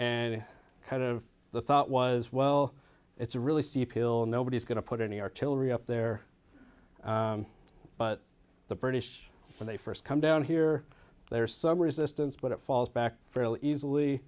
and kind of the thought was well it's a really steep hill and nobody's going to put any artillery up there but the british when they first come down here there are some resistance but it falls back fairly easily